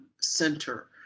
Center